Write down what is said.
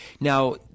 Now